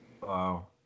Wow